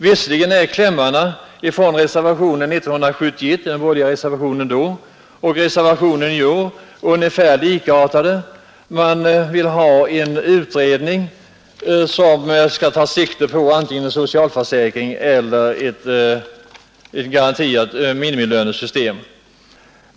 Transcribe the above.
Visserligen är klämmarna i den borgerliga reservationen 1971 och reservationen i år ungefär likartade — man vill ha en utredning som skall ta sikte på antingen en socialförsäkring eller ett system med garanterad minimilön.